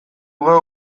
geu